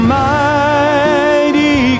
mighty